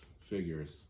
figures